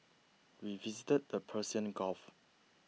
we visited the Persian Gulf